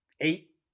eight